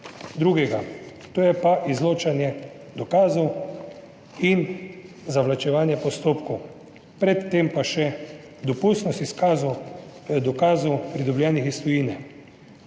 drugega, to je pa izločanje dokazov in zavlačevanje postopkov, pred tem pa še dopustnost izkazov dokazov pridobljenih iz tujine.